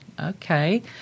okay